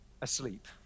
asleep